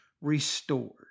restored